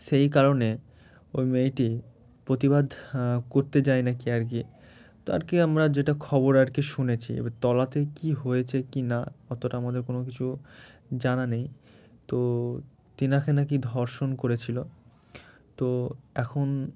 সেই কারণে ওই মেয়েটি প্রতিবাদ করতে যায় নাকি আর কি তো আর কি আমরা যেটা খবর আর কি শুনেছি এ তলাতে কী হয়েছে কি না অতটা আমাদের কোনো কিছু জানা নেই তো তেনাকে নাকি ধর্ষণ করেছিলো তো এখন